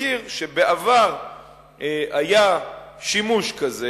ומזכיר שבעבר היה שימוש כזה.